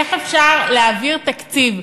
איך אפשר להעביר תקציב,